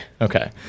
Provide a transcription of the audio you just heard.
Okay